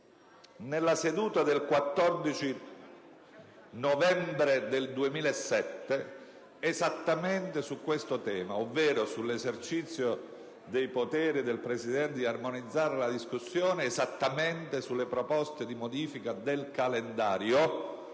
nella seduta del 14 novembre 2007 proprio su questo tema, ovvero sull'esercizio dei poteri del Presidente di armonizzare la discussione esattamente sulle proposte di modifica del calendario.